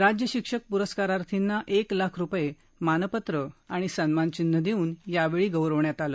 राज्य शिक्षक पुरस्कारार्थींना एक लाख रुपये मानपत्र आणि सन्मानचिन्ह देऊन यावेळी गौरविण्यात आलं